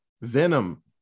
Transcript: venom